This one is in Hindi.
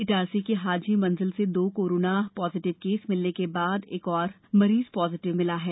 इटारसी के हाजी मंजिल से दो कोरोना पॉजिटिव केस मिलने के बाद एक और मरीज पॉज़िटिव मिला है